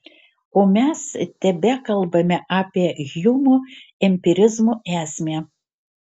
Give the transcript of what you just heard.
o mes tebekalbame apie hjumo empirizmo esmę